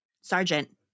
Sergeant